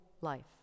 life